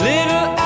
Little